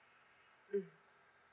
mm